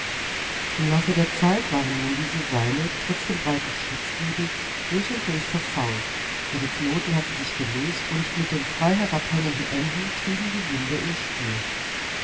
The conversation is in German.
im laufe der zeit waren nun diese seile trotz dem breiten schutzgiebel durch und durch verfault ihre knoten hatten sich gelöst und mit den frei herabhängenden enden trieben die winde ihr spiel